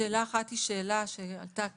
שאלה אחת היא שאלה שעלתה כאן,